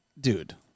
Dude